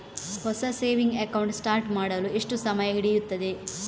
ಹೊಸ saving account start ಮಾಡಲು ಎಷ್ಟು ಸಮಯ ಹಿಡಿಯುತ್ತದೆ?